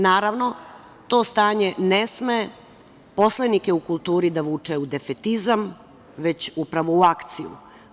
Naravno, to stanje ne sme poslanike u kulturi da vuče u defetizam, već upravo u akciju.